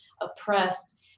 oppressed